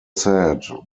said